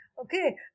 okay